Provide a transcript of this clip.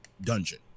dungeon